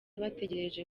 bategereje